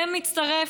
זה מתווסף,